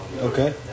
Okay